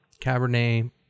Cabernet